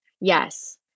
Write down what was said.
Yes